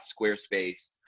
Squarespace